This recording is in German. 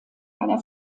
einer